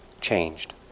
changed